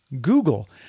Google